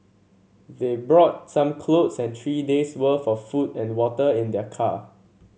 they brought some clothes and three days' worth of food and water in their car